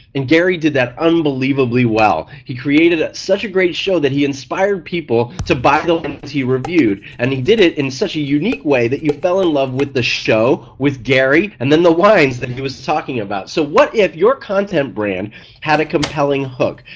and gary did that unbelievably well. he created ah such a great show that inspired people to buy the wines he reviewed and he did it in such a unique way that you fell in love with the show, with gary and then the wines he was talking about. so what if your content brand had a compelling hook?